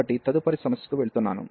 కాబట్టి తదుపరి సమస్యకు వెళుతున్నాను